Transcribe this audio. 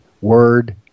word